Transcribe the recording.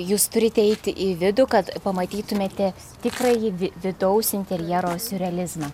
jūs turite eiti į vidų kad pamatytumėte tikrąjį vi vidaus interjero siurrealizmą